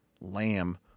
lamb